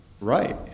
right